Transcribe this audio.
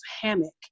hammock